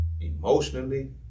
emotionally